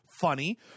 funny